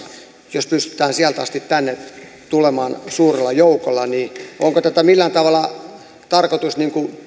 jos pystytään sieltä asti tänne tulemaan suurella joukolla onko tätä millään tavalla tarkoitus